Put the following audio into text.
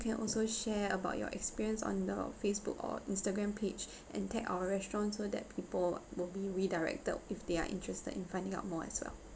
you can also share about your experience on the facebook or instagram page and tag our restaurants so that people will be redirected if they're interested in finding out more as well